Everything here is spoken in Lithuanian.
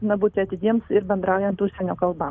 na būti atidiems ir bendraujant užsienio kalba